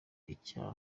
icyaha